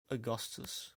augustus